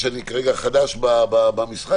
שאני כרגע חדש במשחק,